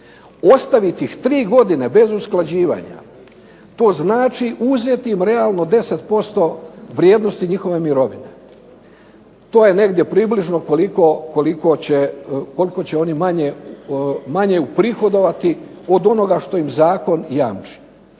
Ostaviti ih 3 godine bez usklađivanja to znači uzeti im realno 10% vrijednosti njihove mirovine. To je negdje približno koliko će oni manje uprihodovati od onoga što im zakon jamči.